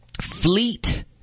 Fleet